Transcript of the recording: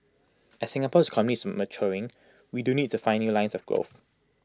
as Singapore's economy is maturing we do need to find new lines of growth